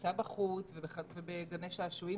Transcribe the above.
בריצה בחוץ או בגני שעשועים.